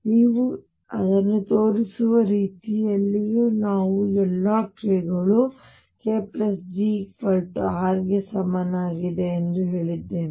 ಮತ್ತು ನೀವು ಅದನ್ನು ತೋರಿಸುವ ರೀತಿಯಲ್ಲಿಯೇ ನಾವು ಎಲ್ಲಾ k ಗಳು kg R ಸಮನಾಗಿದೆ ಎಂದು ಹೇಳಿದ್ದೇವೆ